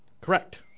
Correct